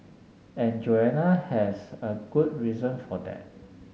and Joanna has a good reason for that